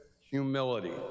humility